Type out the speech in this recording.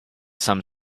some